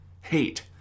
Hate